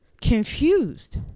confused